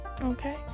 okay